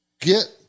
get